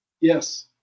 Yes